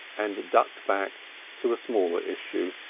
and ducked back to a smaller issue.